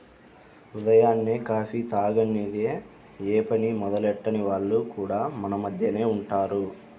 ఉదయాన్నే కాఫీ తాగనిదె యే పని మొదలెట్టని వాళ్లు కూడా మన మద్దెనే ఉంటారు